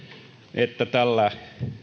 että tällä